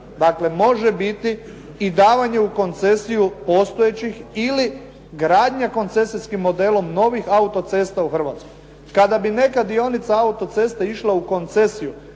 mjera može biti i davanje u koncesiju postojećih ili gradnja koncesijskim modelom novih autocesta u Hrvatskoj. Kada bi neka dionica autoceste išla u koncesiju